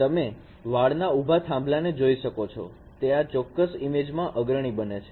તમે તે વાડ ના ઉભા થાંભલાને જોઈ શકો છો તે આ ચોક્કસ ઈમેજમાં અગ્રણી બને છે